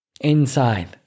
inside